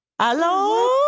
Hello